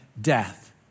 death